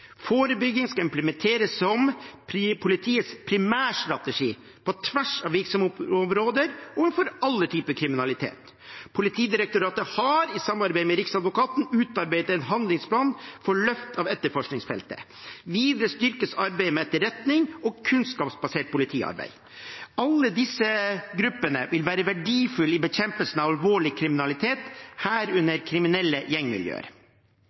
Forebygging skal implementeres som politiets primærstrategi på tvers av virksomhetsområder overfor alle typer kriminalitet. Politidirektoratet har i samarbeid med Riksadvokaten utarbeidet en handlingsplan for løft av etterforskningsfeltet. Videre styrkes arbeidet med etterretning og kunnskapsbasert politiarbeid. Alle disse gruppene vil være verdifulle i bekjempelsen av alvorlig kriminalitet, herunder kriminelle gjengmiljøer.